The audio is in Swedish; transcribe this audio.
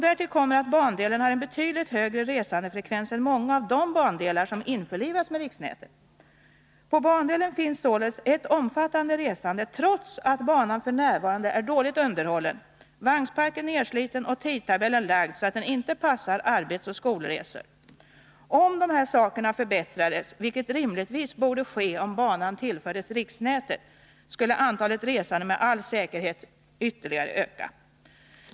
Därtill kommer att bandelen har en betydligt högre resandefrekvens än många av de bandelar som införlivats med riksnätet. På bandelen finns således ett omfattande resande trots att banan f.n. är dåligt underhållen, vagnsparken nedsliten och tidtabellen lagd så, att den inte passar arbetsoch skolresor. Om de här sakerna förbättras, vilket rimligtvis borde ske om banan tillfördes riksnätet, skulle antalet resande med säkerhet öka ytterligare.